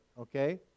Okay